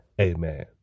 Amen